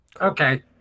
Okay